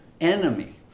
enemy